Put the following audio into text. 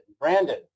Brandon